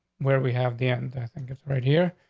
where we have the end. i think it's right here.